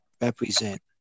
represent